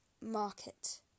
Market